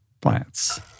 plants